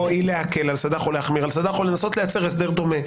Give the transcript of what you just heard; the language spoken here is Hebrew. היא להקל על סד, ח או להחמיר עליו או לנסות לייצר הסדר דומה.